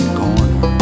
corner